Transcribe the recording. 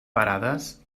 parades